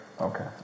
Okay